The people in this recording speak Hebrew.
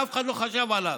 שאף אחד לא חשב עליו,